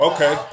Okay